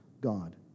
God